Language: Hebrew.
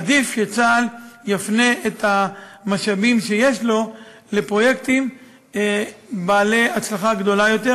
עדיף שצה"ל יפנה את המשאבים שיש לו לפרויקטים עם הצלחה גדולה יותר,